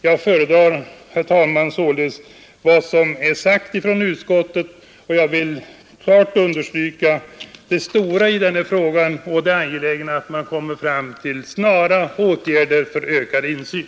Jag föredrar således, herr talman, vad som är sagt från utskottets sida, och jag vill klart understryka det stora i den här frågan och det angelägna iatt snara åtgärder kan vidtas för ökad insyn.